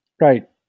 right